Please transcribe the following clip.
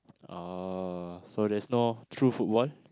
uh so there's no true football